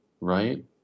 right